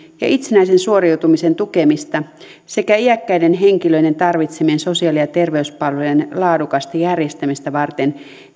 ja itsenäisen suoriutumisen tukemista sekä iäkkäiden henkilöiden tarvitsemien sosiaali ja terveyspalvelujen laadukasta järjestämistä varten